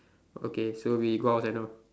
okay so we go outside now